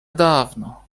dawno